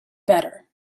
better